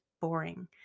boring